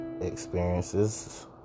experiences